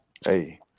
Hey